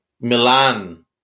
Milan